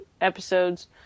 episodes